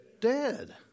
dead